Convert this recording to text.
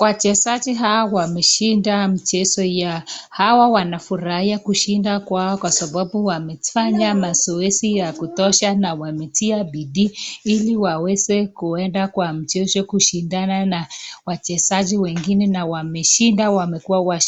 Wachezaji hawa wameshinda michezo ya. Hawa wanafurahia kushinda kwao kwa sababu wamefanya mazoezi ya kutosha na wametia bidii ili waweze kuenda kwa mchezo kushindana na wachezaji wengine na wameshinda wamekuwa